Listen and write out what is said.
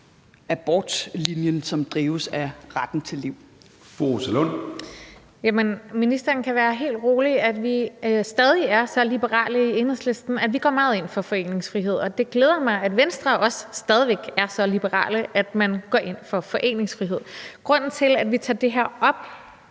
(Søren Gade): Fru Rosa Lund. Kl. 13:28 Rosa Lund (EL): Ministeren kan være helt rolig. Vi er stadig så liberale i Enhedslisten, at vi går meget ind for foreningsfrihed, og det glæder mig, at Venstre også stadig væk er så liberale, at man går ind for foreningsfrihed. Grunden til, at vi tager det op